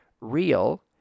real